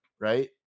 right